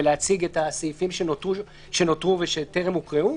נתחיל לקרוא ולהציג את הסעיפים שנותרו ושטרם הוקראו,